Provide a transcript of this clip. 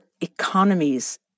economies